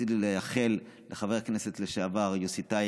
ורציתי לאחל לחבר הכנסת לשעבר יוסי טייב,